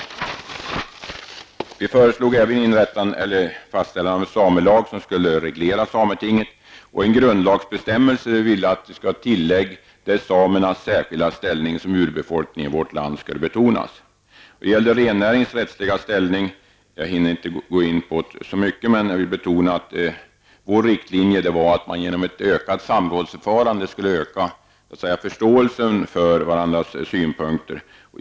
Utredningen föreslog även fastställandet av en samelag, som skulle reglera sametingets verksamhet, och en grundlagsbestämmelse med ett tillägg som betonar samernas särskilda ställning som urbefolkning i vårt land. Jag hinner inte så mycket gå in på frågan om rennäringens rättsliga ställning, man jag vill betona att vår riktlinje var att man genom ett ökat samrådsförfarande skulle öka förståelsen för varandras synpunkter.